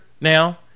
now